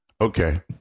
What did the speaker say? Okay